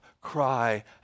Cry